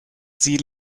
sie